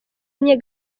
enye